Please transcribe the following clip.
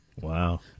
Wow